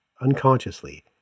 unconsciously